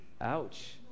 Ouch